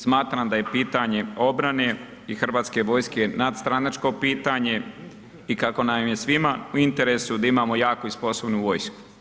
Smatram da je pitanje obrane i Hrvatske vojske nadstranačko pitanje i kako nam je svima u interesu da imamo jaku i sposobnu vojsku.